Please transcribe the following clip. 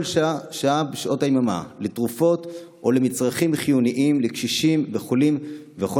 שעה בשעות היממה לתרופות ולמצרכים חיוניים לקשישים ולחולים וכל